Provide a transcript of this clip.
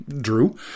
Drew